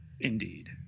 Indeed